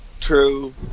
true